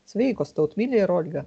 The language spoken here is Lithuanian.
sveikos tautmile ir olga